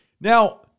Now